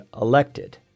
elected